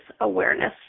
awareness